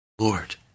Lord